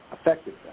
effective